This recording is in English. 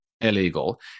illegal